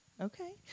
Okay